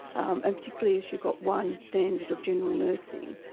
um and particularly as you got one standard of general nursing,